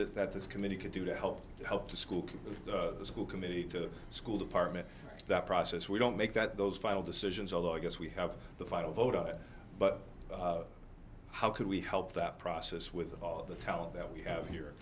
it that this committee could do to help you help the school the school committee to the school department that process we don't make that those final decisions although i guess we have the final vote on it but how can we help that process with all the talent that we have here